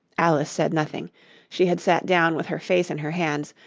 alice said nothing she had sat down with her face in her hands,